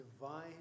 divine